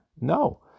No